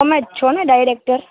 તમે જ છો ને ડાયરેક્ટર